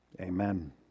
Amen